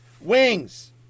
wings